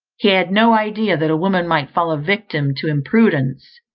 he had no idea that a woman might fall a victim to imprudence,